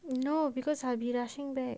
no because I'll be rushing back